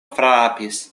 frapis